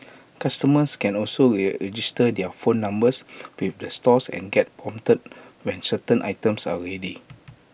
customers can also register their phone numbers with the stores and get prompted when certain items are ready